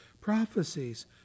prophecies